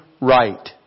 right